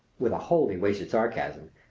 with a wholly wasted sarcasm,